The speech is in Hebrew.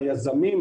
היזמים,